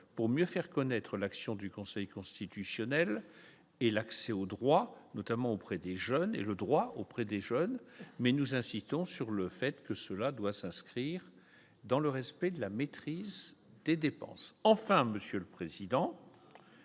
pour mieux faire connaître l'action du Conseil constitutionnel et l'accès aux droits, notamment auprès des jeunes et le droit auprès des jeunes, mais nous insistons sur le fait que cela doit s'inscrire dans le respect de la maîtrise des dépenses, enfin, Monsieur le Président,